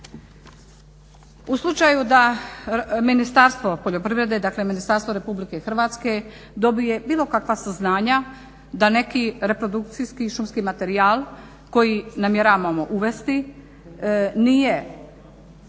U slučaju da Ministarstvo poljoprivrede, dakle Ministarstvo RH dobije bilo kakva saznanja da neki reprodukcijski šumski materijal koji namjeravamo uvesti nije